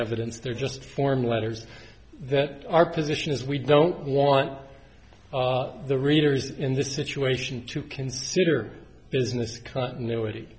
evidence they're just form letters that our position is we don't want the readers in this situation to consider business continuity